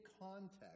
context